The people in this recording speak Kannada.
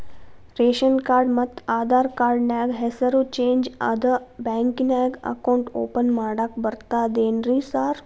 ರೇಶನ್ ಕಾರ್ಡ್ ಮತ್ತ ಆಧಾರ್ ಕಾರ್ಡ್ ನ್ಯಾಗ ಹೆಸರು ಚೇಂಜ್ ಅದಾ ಬ್ಯಾಂಕಿನ್ಯಾಗ ಅಕೌಂಟ್ ಓಪನ್ ಮಾಡಾಕ ಬರ್ತಾದೇನ್ರಿ ಸಾರ್?